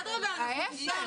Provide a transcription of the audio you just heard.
אדרבה, להיפך.